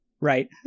Right